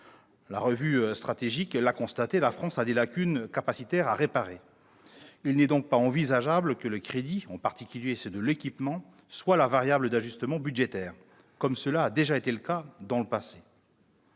La Revue stratégique l'a constaté : la France a des lacunes capacitaires à réparer. Il n'est donc pas envisageable que les crédits, en particulier, ceux de l'équipement, soient la variable d'ajustement budgétaire, comme cela a déjà été le cas dans le passé.